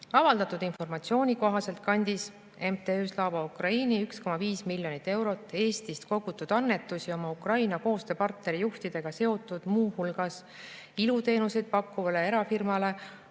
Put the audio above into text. Avaldatud informatsiooni kohaselt kandis MTÜ Slava Ukraini 1,5 miljonit eurot Eestist kogutud annetusi oma Ukraina koostööpartneri juhtidega seotud, muu hulgas iluteenuseid pakkuvale erafirmale